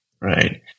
right